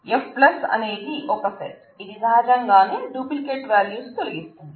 F అనేది ఒక set ఇది సహజంగానే డూప్లికేట్ వ్యాల్యూస్ తొలగిస్తుంది